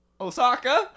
Osaka